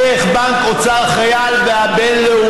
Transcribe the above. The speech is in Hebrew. דרך בנק אוצר החייל והבינלאומי,